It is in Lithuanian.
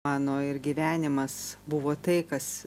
mano ir gyvenimas buvo tai kas